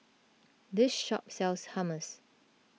this shop sells Hummus